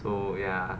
so ya